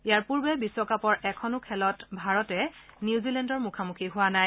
ইয়াৰ পূৰ্বে বিশ্বকাপৰ এখনো খেলত ভাৰত নিউজিলেণ্ডৰ মুখামুখি হোৱা নাই